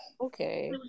Okay